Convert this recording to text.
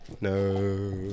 No